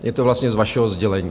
Je to vlastně z vašeho sdělení.